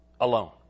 alone